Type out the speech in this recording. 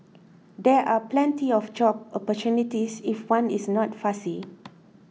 there are plenty of job opportunities if one is not fussy